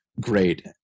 great